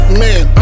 man